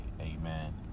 Amen